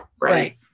Right